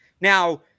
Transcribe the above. Now